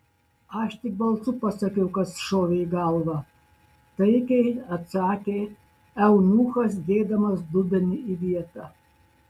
aš tik balsu pasakiau kas šovė į galvą taikiai atsakė eunuchas dėdamas dubenį į vietą